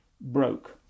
broke